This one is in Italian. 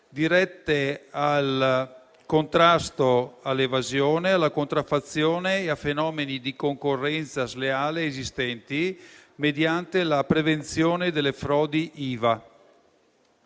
dirette al contrasto all'evasione, alla contraffazione e ai fenomeni di concorrenza sleale esistenti, mediante la prevenzione delle frodi IVA».